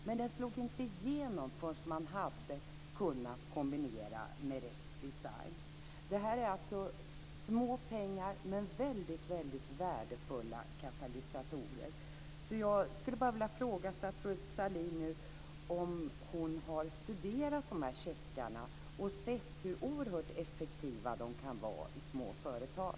Men den slog inte igenom förrän man kunde kombinera med rätt design. Det är alltså små pengar, men det handlar om väldigt värdefulla katalysatorer. Jag skulle nu bara vilja fråga statsrådet Sahlin om hon har studerat de här checkarna och sett hur oerhört effektiva de kan vara i små företag.